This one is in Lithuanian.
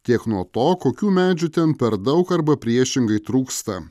tiek nuo to kokių medžių ten per daug arba priešingai trūksta